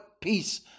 peace